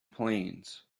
plains